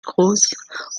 groß